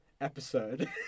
episode